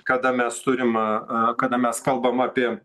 kada mes turim kada mes kalbam apie